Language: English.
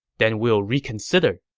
then we'll reconsider.